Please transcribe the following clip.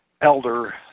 elder